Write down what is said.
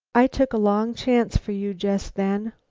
i took a long chance for you just then.